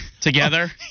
together